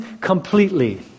completely